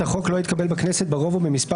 החוק לא התקבל בכנסת ברוב או במספר